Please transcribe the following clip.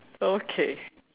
okay